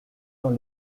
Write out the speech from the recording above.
dans